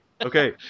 okay